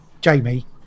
Jamie